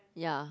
ya